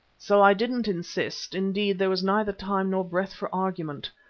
so i didn't insist indeed there was neither time nor breath for argument.